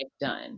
done